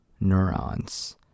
neurons